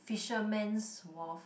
fishermans wharf